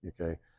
Okay